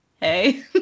Hey